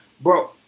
bro